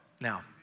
Now